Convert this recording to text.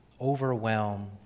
overwhelm